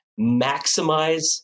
maximize